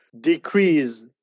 decrease